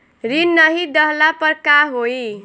ऋण नही दहला पर का होइ?